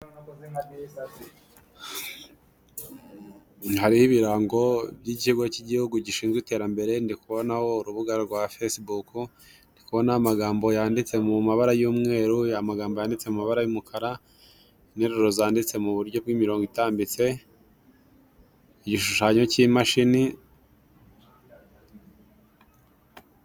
Hariho ibirango by'ikigo cy'igihugu gishinzwe iterambere, ndikubonaho urubuga rwa Facebook, ndikobona amagambo yanditse mu mabara y'umweru amagambo yanditse mu mabara y'umukara interuro zanditse mu buryo bw'imirongo itambitse igishushanyo cy'imashini.